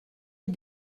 est